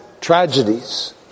tragedies